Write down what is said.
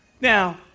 Now